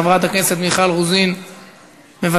חברת הכנסת מיכל רוזין, מוותרת.